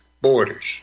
borders